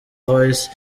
voice